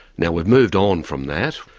now we've moved on from that,